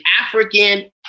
African